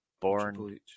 Born